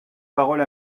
parole